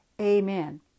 amen